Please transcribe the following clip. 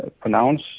pronounce